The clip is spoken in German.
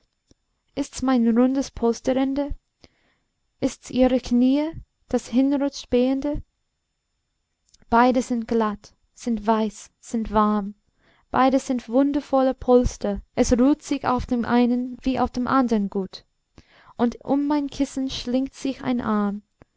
ist's mein rundes polsterende ist's ihre knie das hinrutscht behende beide sind glatt sind weiß sind warm beide sind wundervolle polster es ruht sich auf dem einen wie auf dem andern gut und um mein kissen schlingt sich ein arm